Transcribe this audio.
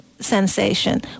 sensation